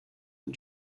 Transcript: and